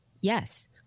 yes